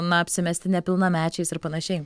na apsimesti nepilnamečiais ir panašiai